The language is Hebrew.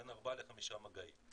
בין ארבעה לחמישה מגעים.